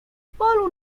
polu